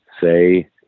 say